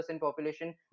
population